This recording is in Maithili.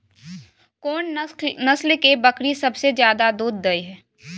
कोन नस्ल के बकरी सबसे ज्यादा दूध दय हय?